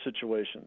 situations